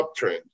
uptrend